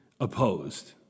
opposed